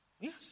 Yes